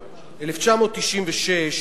1996,